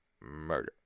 murder